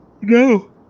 No